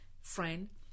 Friend